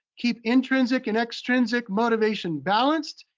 keep intrinsic and extrinsic motivation balanced,